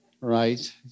right